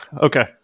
okay